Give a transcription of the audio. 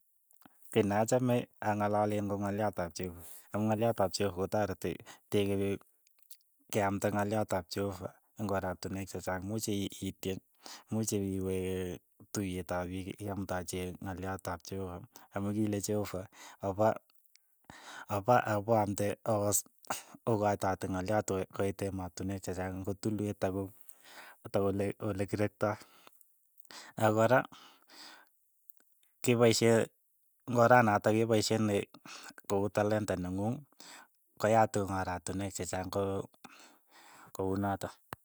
Kiy ne achame ang'alelen ko ng'olyoot ap cheopa, amu ng'olyoot ap cheopa kotareti teke keamta ng'olyoot ap cheopa eng' oratinwek che chaang, imuchii ityen, imuchiwe tuyet ap piik iiamtachi ng'alyot ap cheopa, amu kile cheopa, opa- opa apo amte o- okaitate ngalyot oo koit emotinwek che chang, ng'o tulwet ako ta kole ole kirektoi, ako kora, kepaishe ing oranatak, kepaishe ko uu talente ne ng'ung, koyatunik oratinwek chechang ko- ko unotok.